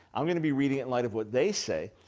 i'm going to be reading it in light of what they say,